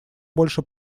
больше